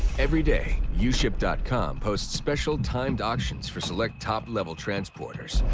every day yeah uship dot com posts special timed auctions for select top-level transporters.